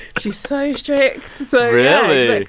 she's so strict. so yeah.